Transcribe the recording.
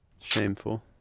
shameful